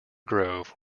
grove